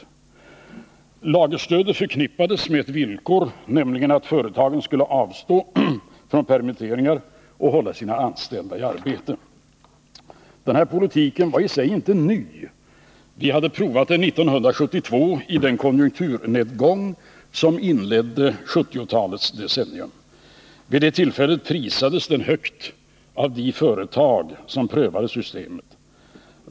Lagerstödet förknippades med villkoret att företagen skulle avstå från permitteringar och hålla sina anställda i arbete. Denna politik var i och för sig inte ny. Vi hade provat den 1972 i den konjunkturnedgång som inledde 1970-talet. Vid det tillfället prisades den högt av de företag som prövade systemet.